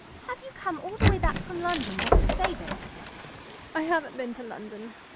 have you come all the way back from london just to say this i haven't been to london.